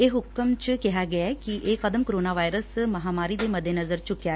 ਇਹ ਹੁਕਮ 'ਚ ਕਿਹਾ ਗਿਐ ਕਿ ਇਹ ਕਦਮ ਕੋਰੋਨਾ ਵਾਇਰਸ ਮਹਾਂਮਾਰੀ ਦੇ ਮੱਦੇਨਜ਼ਰ ਚੁੱਕਿਆ ਗਿਐ